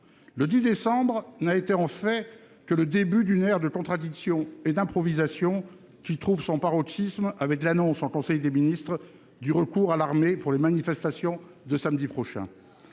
Le 10 décembre n'a été en fait que le début d'une ère de contradictions et d'improvisation, qui trouve son paroxysme avec l'annonce en conseil des ministres du recours à l'armée pour les manifestations de samedi prochain.